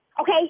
okay